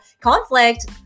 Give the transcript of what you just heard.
conflict